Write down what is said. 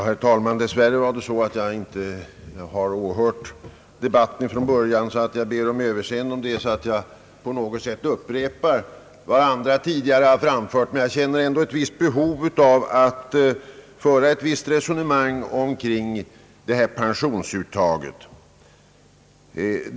Herr talman! Tyvärr råkade jag inte höra debatten från början. Jag ber därför om överseende om jag på något sätt skulle upprepa en del av vad andra sagt. Men jag känner ett behov att föra ett visst resonemang kring detta pensionsuttag.